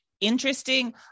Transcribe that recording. interesting